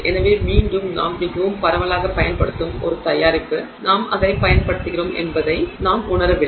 எனவே மீண்டும் நாம் மிகவும் பரவலாக பயன்படுத்தும் ஒரு தயாரிப்பு நாம் அதை பயன்படுத்துகிறோம் என்பதை நாங்கள் உணரவில்லை